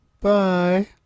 Bye